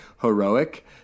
heroic